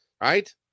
Right